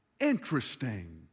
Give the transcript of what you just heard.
interesting